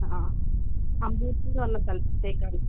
അ അ അടൂര് എന്ന് പറഞ്ഞ സ്ഥലത്തേക്കാണ്